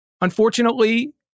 Unfortunately